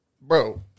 Bro